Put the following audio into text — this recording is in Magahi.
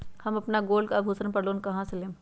हम अपन गोल्ड आभूषण पर लोन कहां से लेम?